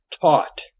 taught